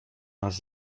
nas